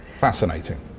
Fascinating